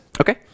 Okay